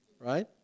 right